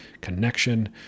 connection